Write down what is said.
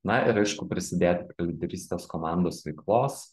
na ir aišku prisidėt prie lyderystės komandos veiklos